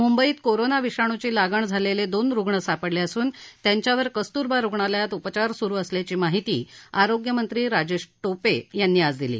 मुंबईत कोरोना विषाणूची लागण झालेले दोन रुग्ण सापडले असून त्यांच्यावर कस्तुरबा रुग्णालयात उपचार सुरु असल्याची माहिती आरोग्यमंत्री राजेश टोपे यांनी आज दिली